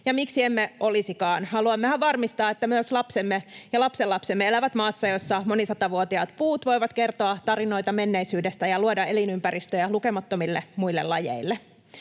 miksi emme olisi? Haluammehan varmistaa, että myös lapsemme ja lapsenlapsemme elävät maassa, jossa monisatavuotiaat puut voivat kertoa tarinoita menneisyydestä ja luoda elinympäristöjä lukemattomille muille lajeille.